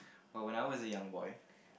but when I was a young boy